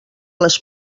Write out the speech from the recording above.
les